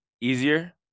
easier